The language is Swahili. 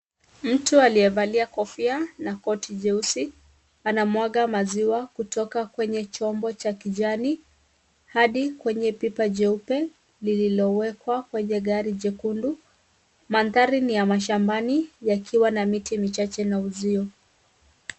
Mtu aliyevalia kofia na koti jeusi anamwaga maziwa kutoka kwenye chombo cha kijani hadi kwenye pipa jeupe lililoekwa kwenye gari jekundu, mandhari ni ya mashambani yakiwa na miti michache na uzio.